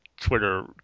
Twitter